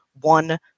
one